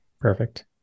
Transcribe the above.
perfect